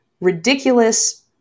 ridiculous